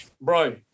bro